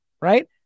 right